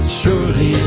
surely